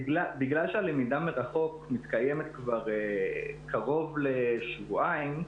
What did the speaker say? בגלל שהלמידה מרחוק מתקיימת כבר קרוב לשבועיים,